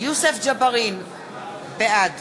יוסף ג'בארין, בעד